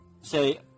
say